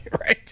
Right